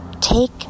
take